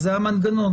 זה המנגנון